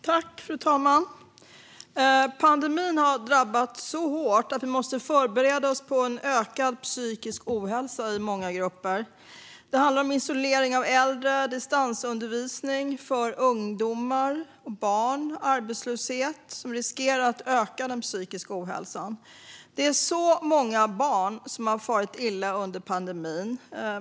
Fru talman! Pandemin har drabbat så hårt att vi måste förbereda oss på en ökad psykisk ohälsa i många grupper. Äldres isolering, distansundervisning för barn och ungdomar och arbetslöshet riskerar att öka den psykiska ohälsan. Det är så många barn som har farit illa under pandemin.